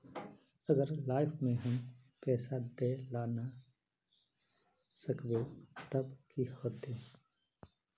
अगर लाइफ में हम पैसा दे ला ना सकबे तब की होते?